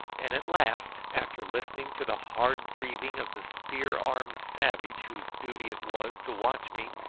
and at last, after listening to the hard breathing of the spear-armed savage whose duty it was to watch me,